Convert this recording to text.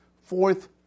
fourth